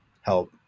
help